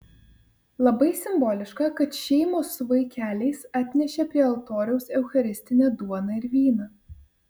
labai simboliška kad šeimos su vaikeliais atnešė prie altoriaus eucharistinę duoną ir vyną